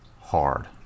hard